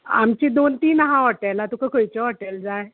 आमची दोन तीन आहा हॉटेलां तुका खंयचें हॉटेल जाय